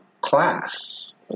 class